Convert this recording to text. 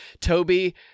Toby